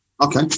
okay